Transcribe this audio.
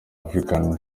african